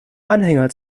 anhänger